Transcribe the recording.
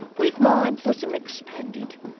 with my bosom expanded,